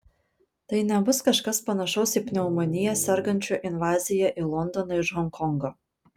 tai nebus kažkas panašaus į pneumonija sergančių invaziją į londoną iš honkongo